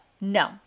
no